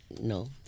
No